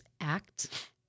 act